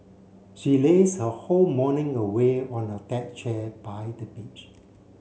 she lazed her whole morning away on a deck chair by the beach